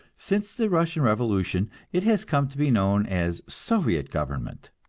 since the russian revolution it has come to be known as soviet government,